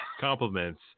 compliments